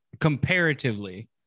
comparatively